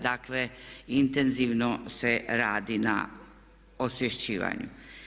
Dakle intenzivno se radi na osvješćivanju.